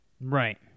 right